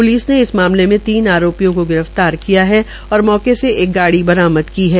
police ने इस मामले में तीन आरोपियों को गिर फ्तार किया है और मौके पर एक गाड़ी बरामद की है